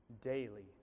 daily